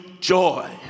joy